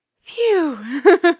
phew